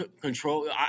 Control